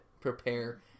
prepare